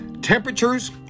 Temperatures